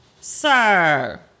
sir